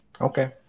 Okay